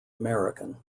american